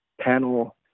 panel